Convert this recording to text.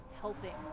helping